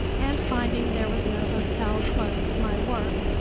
and finding there was no hotel close to my work,